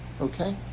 Okay